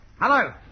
Hello